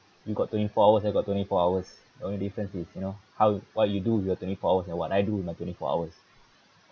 you got twenty four hours I got twenty four hours only difference is you know how what you do with your twenty four hours and what I do with my twenty four hours